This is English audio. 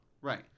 Right